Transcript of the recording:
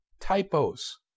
typos